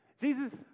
Jesus